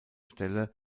stelle